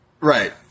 Right